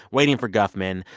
waiting for guffman,